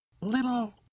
little